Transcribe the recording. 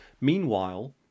Meanwhile